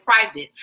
private